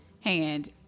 hand